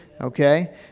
okay